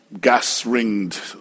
gas-ringed